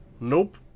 Nope